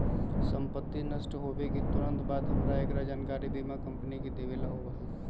संपत्ति नष्ट होवे के तुरंत बाद हमरा एकरा जानकारी बीमा कंपनी के देवे ला होबा हई